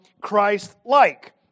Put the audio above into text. Christ-like